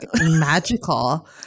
magical